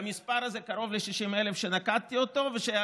למספר הזה שהוא קרוב ל-60,000 שנקבתי בו והיה